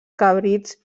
cabrits